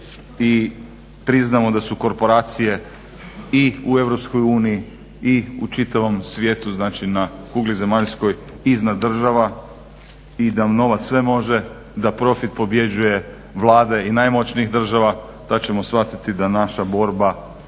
i priznamo da su korporacije i u Europskoj uniji i u čitavom svijetu znači na kugli zemaljskoj iznad država i da novac sve može, da profit pobjeđuje Vlade i najmoćnijih država, tad ćemo shvatiti da naša borba